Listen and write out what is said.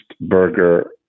Burger